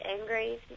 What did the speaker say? angry